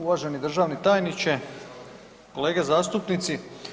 Uvaženi državni tajniče, kolege zastupnici.